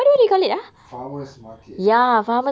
farmer's market